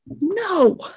No